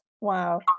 Wow